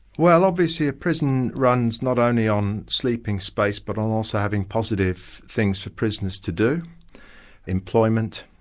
well obviously a prison runs not only on sleeping space but on also having positive things for prisoners to do employment,